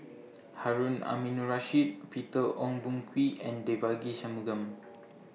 Harun Aminurrashid Peter Ong Boon Kwee and Devagi Sanmugam